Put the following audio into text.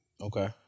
Okay